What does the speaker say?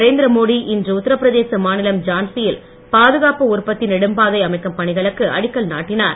நரேந்திர மோடி இன்று உத்தரப்பிரதேச மாநிலம் ஜான்சி யில் பாதுகாப்பு உற்பத்தி நெடும்பாதை அமைக்கும் பணிகளுக்கு அடிக்கல் நாட்டினார்